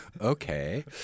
okay